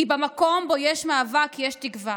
כי במקום שבו יש מאבק, יש תקווה.